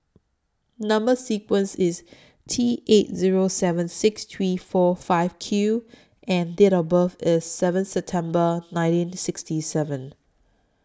Number sequence IS T eight Zero seven six three four five Q and Date of birth IS seventh September nineteen sixty seven